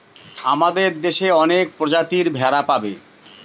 আমাদের দেশে অনেক প্রজাতির ভেড়া পাবে